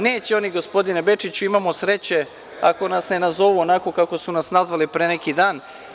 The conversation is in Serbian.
Neće oni, gospodine Bečiću, imamo sreće ako nas ne nazovu onako kako su nas nazvali pre neki dan.